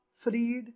freed